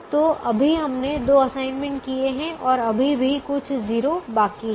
तो अभी हमने 2 असाइनमेंट किए हैं और अभी भी कुछ 0 बाकी हैं